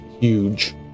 huge